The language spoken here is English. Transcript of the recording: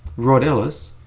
rod ellis,